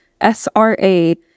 SRA